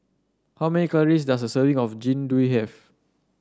how many calories does a serving of Jian Dui have